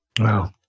Wow